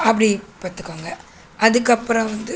அப்படி பார்த்துக்கோங்க அதுக்கப்புறம் வந்து